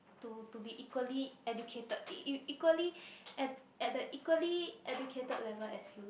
to to be equally educated e~ equally at at the equally educated level as you